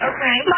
Okay